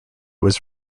was